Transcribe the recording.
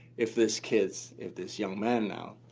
if this kid, if this young man now,